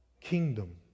kingdom